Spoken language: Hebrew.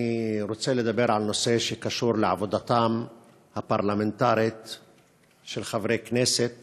אני רוצה לדבר על נושא שקשור לעבודתם הפרלמנטרית של חברי הכנסת